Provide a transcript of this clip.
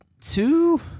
two